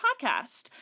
podcast